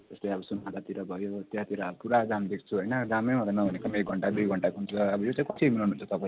जस्तै अब सोनादातिर भयो त्यहाँतिर अब पुरा जाम देख्छु होइन जामै मात्र नभनेको पनि एक घन्टा दुई घन्टाको हुन्छ अब यो चाहिँ कसरी मिलाउनु हुन्छ तपाईँले